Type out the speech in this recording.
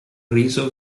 riso